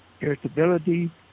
irritability